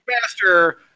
faster